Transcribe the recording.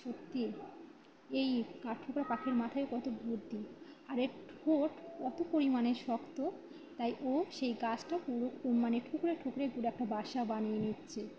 সত্যি এই কাঠঠোকরা পাখির মাথায়ও কত বুদ্ধি আর এর ঠোঁট কত পরিমাণে শক্ত তাই ও সেই গাছটা পুরো মানে ঠুকরে ঠুকরে পুরো একটা বাসা বানিয়ে নিচ্ছে